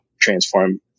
transform